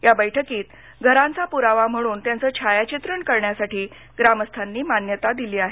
या बैठकीत घरांचा पुरावा म्हणून त्यांचं छायाचित्रण करण्यासाठी ग्रामस्थांनी मान्यता दिली आहे